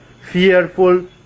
fearful